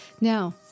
Now